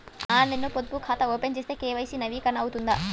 ఆన్లైన్లో పొదుపు ఖాతా ఓపెన్ చేస్తే కే.వై.సి నవీకరణ అవుతుందా?